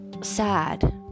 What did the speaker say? sad